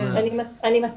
נכון, אני מסכימה.